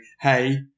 hey